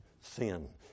sin